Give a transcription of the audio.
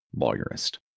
lawyerist